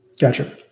gotcha